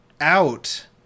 out